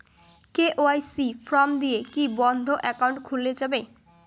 KYC form দিয়ে কি বন্ধ একাউন্ট খুলে যাবে?